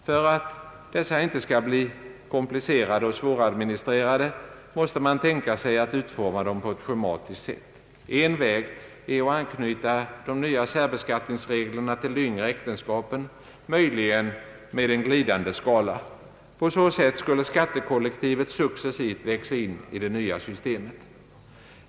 För att dessa inte skall bli komplicerade och svåradministrerade måste man tänka sig att utforma dem på ett schematiskt sätt. En väg är att anknyta de nya särbeskattningsreglerna till de yngre äktenskapen, möjligen med en glidande skala. På så sätt skulle skat tekollektivet successivt växa in i det nya systemet.